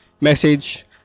message